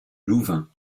louvain